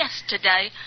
yesterday